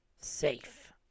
safe